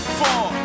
four